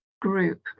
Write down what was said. group